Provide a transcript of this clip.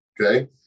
Okay